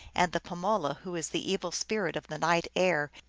and the jpamola, who is the evil spirit of the night air,